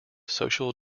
social